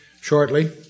shortly